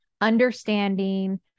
understanding